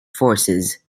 forces